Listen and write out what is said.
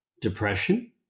depression